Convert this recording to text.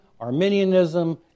Arminianism